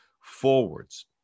forwards